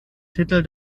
titel